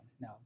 now